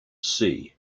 see